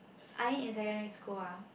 I in secondary school ah